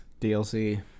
DLC